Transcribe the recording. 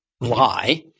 lie